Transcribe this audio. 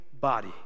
body